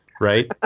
Right